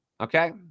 Okay